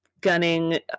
gunning